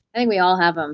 i think we all have them,